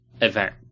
event